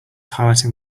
highlighting